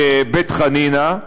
בבית-חנינא.